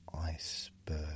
iceberg